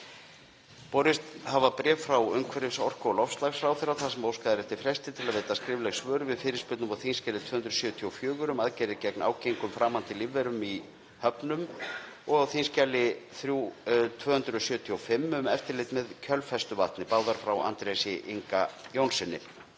Borist hafa bréf frá umhverfis-, orku- og loftslagsráðherra þar sem óskað er eftir fresti til þess að veita skrifleg svör við fyrirspurnum á þskj. 274, um aðgerðir gegn ágengum framandi lífverum í höfnum, og á þskj. 275, um eftirlit með kjölfestuvatni, báðar frá Andrési Inga Jónssyni.